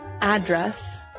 address